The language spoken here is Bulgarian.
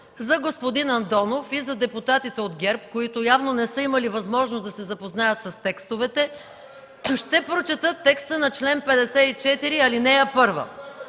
За господин Андонов и за депутатите от ГЕРБ, които явно не са имали възможност да се запознаят с текстовете, ще прочета текста на чл. 54, ал. 1: